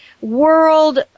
world